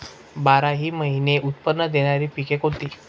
बाराही महिने उत्त्पन्न देणारी पिके कोणती?